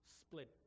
split